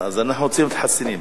אז אנחנו רוצים להיות חסינים.